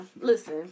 Listen